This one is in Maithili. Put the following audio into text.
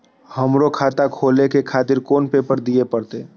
हमरो खाता खोले के खातिर कोन पेपर दीये परतें?